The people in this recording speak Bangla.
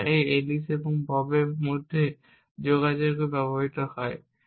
যা এলিস এবং ববের মধ্যে যোগাযোগে ব্যবহৃত হয়েছিল